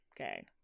Okay